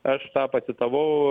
aš pacitavau